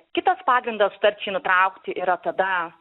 kitas pagrindas sutarčiai nutraukti yra tada